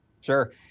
Sure